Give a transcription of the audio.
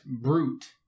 Brute